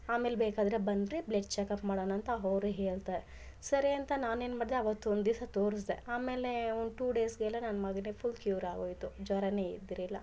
ಆಮೇಲೆ ಬೇಕಾದರೆ ಬನ್ರಿ ಬ್ಲಡ್ ಚಕಪ್ ಮಾಡೊಣ ಅಂತ ಅವ್ರೆ ಹೇಳ್ತಾರ್ ಸರಿ ಅಂತ ನಾನೇನು ಮಾಡಿದೆ ಅವತ್ತು ಒಂದಿಸ ತೋರಿಸ್ದೆ ಆಮೇಲೆ ಒಂದು ಟು ಡೇಸ್ಗೆಲ್ಲ ನನ್ನ ಮಗನಿಗೆ ಫುಲ್ ಕ್ಯೂರ್ ಆಗೋಯಿತು ಜ್ವರ ಇದ್ರಿಲ್ಲ